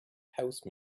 house